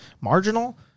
marginal